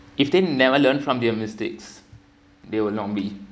if they never learn from their mistakes they will not be